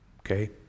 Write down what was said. Okay